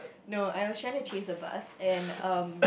no I was trying to chase a bus and um